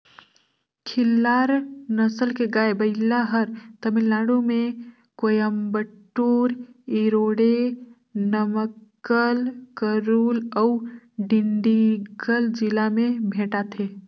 खिल्लार नसल के गाय, बइला हर तमिलनाडु में कोयम्बटूर, इरोडे, नमक्कल, करूल अउ डिंडिगल जिला में भेंटाथे